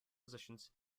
positions